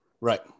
Right